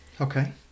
Okay